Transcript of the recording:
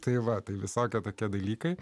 tai va tai visokie tokie dalykai